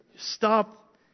Stop